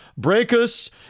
Breakus